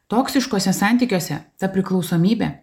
toksiškuose santykiuose ta priklausomybė